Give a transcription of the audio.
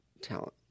talent